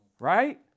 right